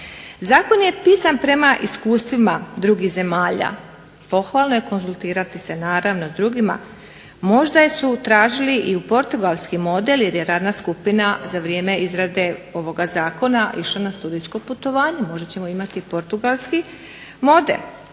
Zakon je pisan prema iskustvima drugih zemalja, pohvala je konzultirati se sa drugima, možda su tražili i portugalski model jer je radna skupina za vrijeme izrade ovoga Zakona išla na studijsko putovanje, možda ćemo imati Portugalski model.